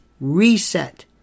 Reset